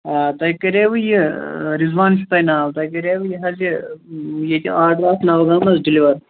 آ تُہۍ کریوٕ یہِ رِزوان چھُو تۄہہِ ناو تۄہہِ کریوٕ یہِ حظ یہِ ییٚتہِ آرڈر اکھ نَوگام حظ ڈِیلِوَر